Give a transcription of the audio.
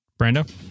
Brando